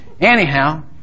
Anyhow